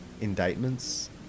indictments